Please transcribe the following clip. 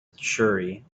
surrey